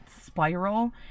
spiral